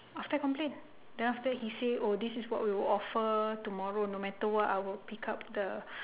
after I complain then after that he say oh this is what we will offer tomorrow no matter what I will pick up the